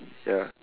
ya